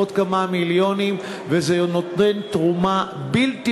עוד כמה מיליונים וזה נותן תרומה בלתי